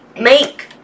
make